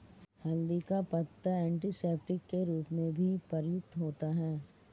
हल्दी का पत्ता एंटीसेप्टिक के रूप में भी प्रयुक्त होता है